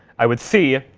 i would see